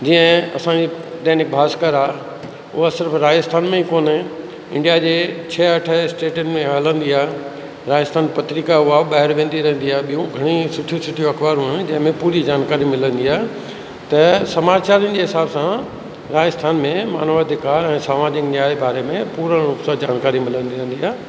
जीअं असांजी दैनिक भास्कर आहे उहा सिर्फ़ु राजस्थान में ई कोन्हे इंडिया जे छह अठ स्टेटनि में हलंदी आहे राजस्थान पत्रिका उहा ॿाहिरि वेंदी रहंदी आहे ॿियूं घणे ई सुठी सुठी अख़बारूं आहिनि जंहिंमें पूरी जानकारी मिलंदी आहे त समाचारनि जे हिसाब सां राजस्थान में मानव अधिकार ऐं सामाजिक न्याय बारे में पूर्ण रूप सां जानकारी मिलंदी रहंदी आहे